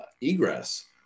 egress